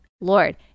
Lord